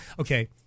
Okay